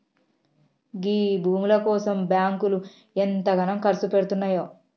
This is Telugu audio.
గీ భూముల కోసం బాంకులు ఎంతగనం కర్సుపెడ్తున్నయో